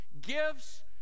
Gifts